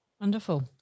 Wonderful